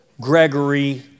Gregory